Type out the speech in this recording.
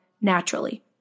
naturally